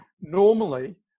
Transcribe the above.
normally